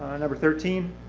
number thirteen,